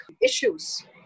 issues